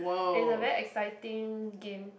is a very exciting game